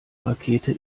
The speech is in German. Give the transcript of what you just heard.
rakete